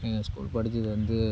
எங்கள் ஸ்கூல் படித்தது வந்து